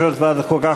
יושב-ראש ועדת החוקה,